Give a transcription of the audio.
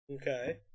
Okay